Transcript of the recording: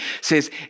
says